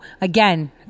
again